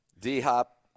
D-Hop